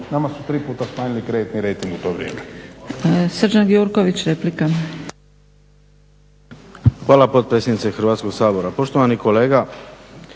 Nama su tri puta smanjili kreditni rejting u to vrijeme.